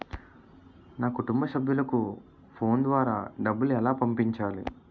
నా కుటుంబ సభ్యులకు ఫోన్ ద్వారా డబ్బులు ఎలా పంపించాలి?